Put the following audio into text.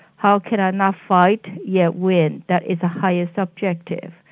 how could i not fight, yet win. that is the highest objective,